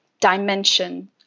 dimension